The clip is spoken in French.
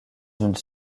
une